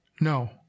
no